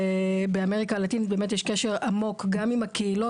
באמריקה הלטינית יש קשר עמוק גם עם הקהילות.